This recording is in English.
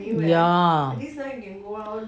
ya